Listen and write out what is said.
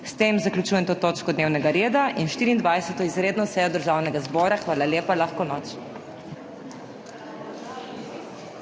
S tem zaključujem to točko dnevnega reda in 24. izredno sejo Državnega zbora. Hvala lepa, lahko noč!